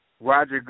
Roger